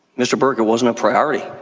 mr. burke, it wasn't a priority.